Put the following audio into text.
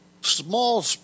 Small